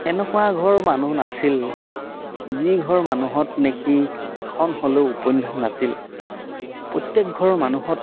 এনেকুৱা ঘৰৰ মানুহ নাছিল যিঘৰ মানুহত নেকি এখন হ'লেও উপন্যাস নাছিল প্ৰত্যেক ঘৰৰ মানুহত